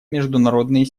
международные